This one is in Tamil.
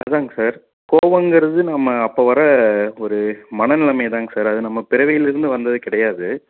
அதுதாங்க சார் கோவங்கிறது நம்ம அப்போ வர ஒரு மனநிலமைதாங்க சார் அது நம்ம பிறவியிலிருந்து வந்தது கிடையாது